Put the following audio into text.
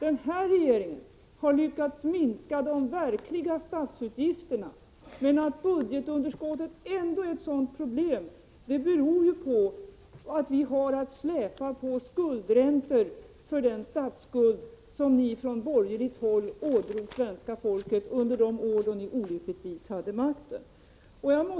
Den här regeringen har lyckats minska de verkliga statsutgifterna. Att budgetunderskottet är ett så stort problem beror på att vi har eftersläpande skuldräntor för den statsskuld som ni från borgerligt håll ådrog svenska folket under de år då ni olyckligtvis hade makten.